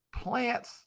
plants